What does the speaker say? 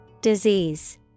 Disease